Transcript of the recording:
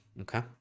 okay